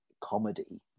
comedy